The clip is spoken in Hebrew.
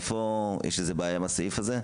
יש איזה בעיה עם הסעיף הזה?